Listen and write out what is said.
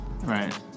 right